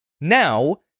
Now